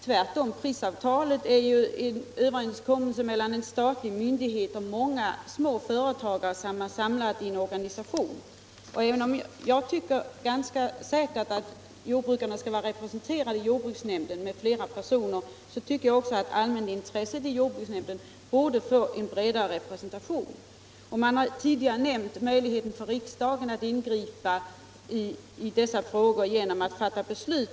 Tvärtom är prisavtalet en överenskommelse mellan en statlig myndighet och många små företagare som är samlade i en organisation. Jag tycker absolut all jordbrukarna skall vara representerade i jordbruksnämnden med flera personer, men jag tycker också att allmänintresset i jordbruksnämnden borde få en bredare representation. Tidigare har nämnts möjligheten för riksdagen att ingripa i dessa frågor genom att fatta beslut.